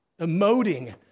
Emoting